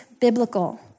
biblical